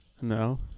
No